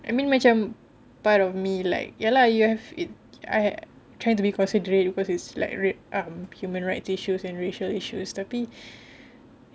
I mean macam part of me like ya lah you have it I try to be considerate cause it's um human rights issues and racial issues tapi